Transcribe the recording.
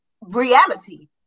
reality